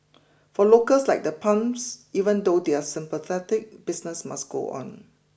for locals like the Puns even though they're sympathetic business must go on